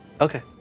Okay